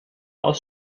aus